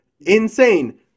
insane